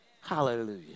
Hallelujah